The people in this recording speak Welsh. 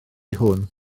hwn